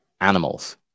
animals